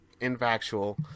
infactual